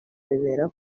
biba